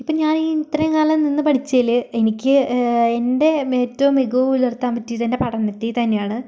ഇപ്പോൾ ഞാനീ ഇത്രയും കാലം നിന്ന് പഠിച്ചതിൽ എനിക്ക് എൻ്റെ ഏറ്റവും മികവ് പുലർത്താൻ പറ്റിയത് എൻ്റെ പഠനത്തിൽ തന്നെയാണ്